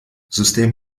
system